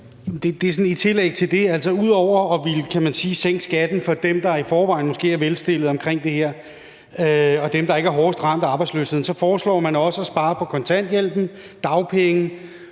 Det er sådan i tillæg til det. Altså, ud over at ville sænke skatten for dem, der i forvejen måske er velstillede omkring det her, og dem, der ikke er hårdest ramt af arbejdsløshed, så foreslår man også at spare på kontanthjælp, dagpenge,